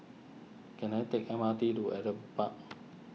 can I take M R T to Adam Park